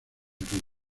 aquí